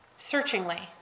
Searchingly